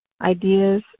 ideas